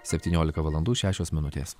septyniolika valandų šešios minutės